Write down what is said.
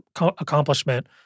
accomplishment